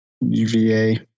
UVA